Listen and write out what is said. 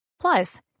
Plus